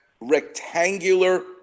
rectangular